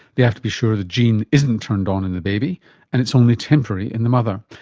they have to be sure the gene isn't turned on in the baby and it's only temporary in the mother.